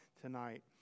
tonight